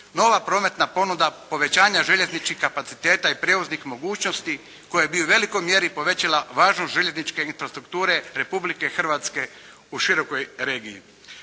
nova prometna ponuda povećanja željezničkih kapaciteta i prijevoznih mogućnosti koje bi u velikoj mjeri povećala važnost željezničke infrastrukture Republike Hrvatske u širokoj regiji.